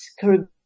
Caribbean